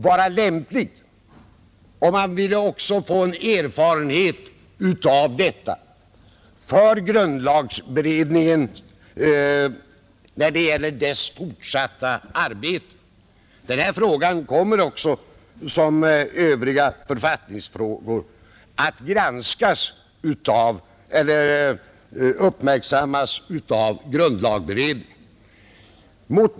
Beredningen ville också vinna erfarenhet av den anordningen för sitt fortsatta arbete. I likhet med övriga författningsfrågor kommer också denna fråga att uppmärksammas av grundlagberedningen.